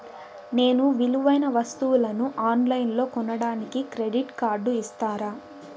నేను విలువైన వస్తువులను ఆన్ లైన్లో కొనడానికి క్రెడిట్ కార్డు ఇస్తారా?